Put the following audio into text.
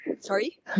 Sorry